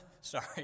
sorry